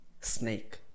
Snake